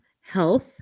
health